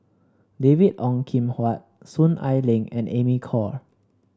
David Ong Kim Huat Soon Ai Ling and Amy Khor